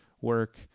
work